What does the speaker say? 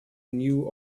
knew